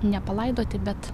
nepalaidoti bet